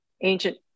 ancient